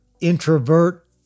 introvert